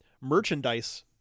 merchandise